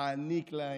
להעניק להן,